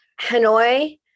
Hanoi